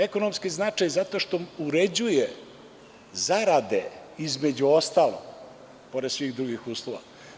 Ekonomski značaj zato što uređuje zarade između ostalog, pored svih drugih uslova.